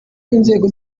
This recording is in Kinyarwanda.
b’inzego